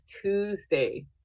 Tuesday